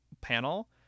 panel